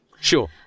Sure